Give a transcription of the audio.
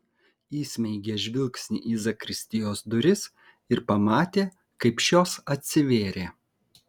įsmeigė žvilgsnį į zakristijos duris ir pamatė kaip šios atsivėrė